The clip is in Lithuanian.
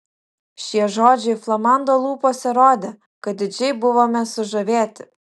šie žodžiai flamando lūpose rodė kaip didžiai buvome sužavėti